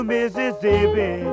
Mississippi